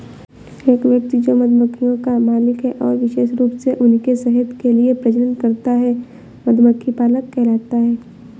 एक व्यक्ति जो मधुमक्खियों का मालिक है और विशेष रूप से उनके शहद के लिए प्रजनन करता है, मधुमक्खी पालक कहलाता है